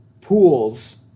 pools